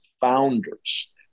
founders